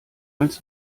als